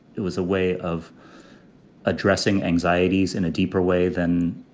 it was a way of addressing anxieties in a deeper way than.